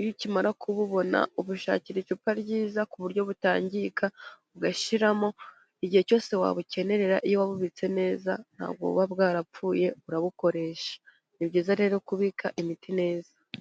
iyo ukimara kububona ubushakira icupa ryiza, ku buryo butangirika ugashyiramo, igihe cyose wabukenerera iyo wabubitse neza, ntago buba bwarapfuye urabukoresha ni byiza rero kubika imiti neza.